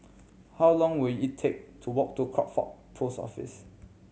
how long will it take to walk to Crawford Post Office